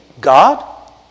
God